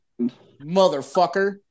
Motherfucker